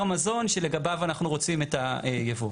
המזון שלגביו אנחנו רוצים את הייבוא.